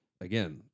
again